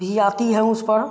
भी आती हैं उस पर